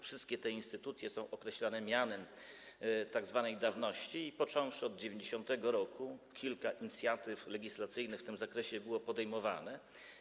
Wszystkie te instytucje są określane mianem tzw. dawności i począwszy od 1990 r. kilka inicjatyw legislacyjnych w tym zakresie było podejmowanych.